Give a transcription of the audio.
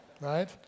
Right